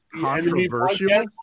Controversial